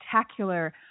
spectacular